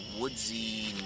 woodsy